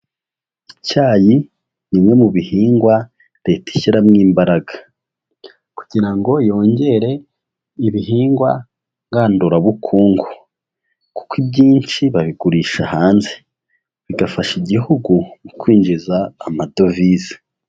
Icyayi ni bimwe mu bihingwa Leta ishyiramo imbaraga kugira ngo yongere ibihingwa ngandurabukungu kuko ibyinshi babigurisha hanze, bigafasha igihugu mu kwinjiza amadovize.